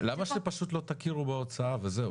למה שפשוט לא תכירו בהוצאה וזהו?